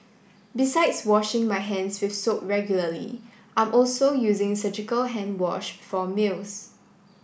besides washing my hands with soap regularly I'm also using surgical hand wash for meals